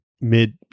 mid